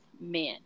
men